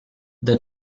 the